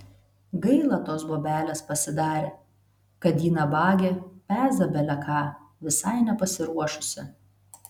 gaila tos bobelės pasidarė kad ji nabagė peza bele ką visai nepasiruošusi